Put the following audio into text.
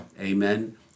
Amen